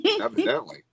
Evidently